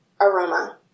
aroma